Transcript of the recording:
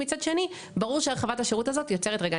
מצד שני ברור שהרחבת השירות הזאת יוצרת רגע,